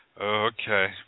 Okay